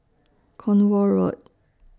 Cornwall Road